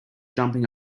jumping